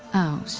oh